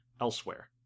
elsewhere